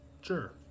Sure